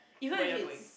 where you're going